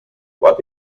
what